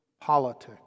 politics